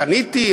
קניתי,